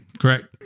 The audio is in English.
Correct